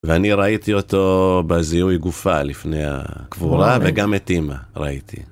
ואני ראיתי אותו בזיהוי גופה לפני הקבורה, וגם את אימא ראיתי.